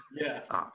yes